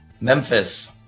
Memphis